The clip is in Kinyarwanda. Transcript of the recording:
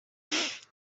ati